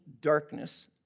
darkness